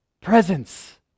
presence